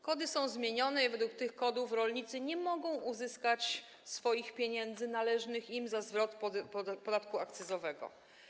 Kody są zmienione i według tych kodów rolnicy nie mogą uzyskać swoich pieniędzy należnych im za zwrot podatku akcyzowego.